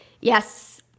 yes